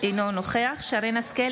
אינו נוכח שרן מרים השכל,